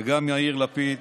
וגם יאיר לפיד,